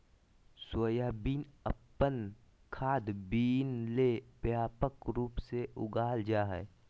soybean अपन खाद्य bean ले व्यापक रूप से उगाल जा हइ